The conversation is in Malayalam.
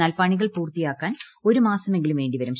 എന്നാൽ പണികൾ പൂർത്തിയാക്കാൻ ഒരു മാസമെങ്കിലും വേണ്ടിവരും